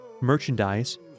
merchandise